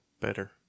better